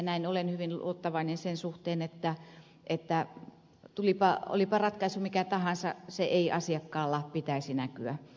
näin olen hyvin luottavainen sen suhteen että olipa ratkaisu mikä tahansa sen ei asiakkaalla pitäisi näkyä